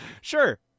sure